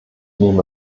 nehme